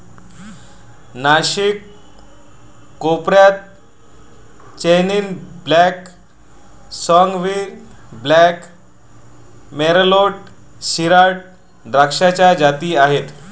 नाशिक खोऱ्यात chenin blanc, sauvignon blanc, merlot, shiraz द्राक्षाच्या जाती आहेत